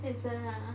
Peizhen ah